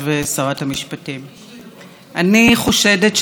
אני חושדת שזה מחושב היטב